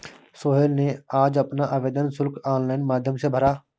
सोहेल ने आज अपना आवेदन शुल्क ऑनलाइन माध्यम से भरा